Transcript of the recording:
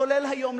כולל היום,